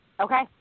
Okay